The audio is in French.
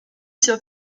sur